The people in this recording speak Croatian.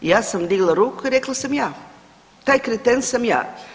Ja sam digla ruku i rekla sam ja, taj kreten sam ja.